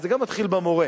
אז זה מתחיל גם במורה,